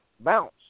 Bounce